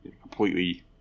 completely